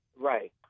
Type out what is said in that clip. Right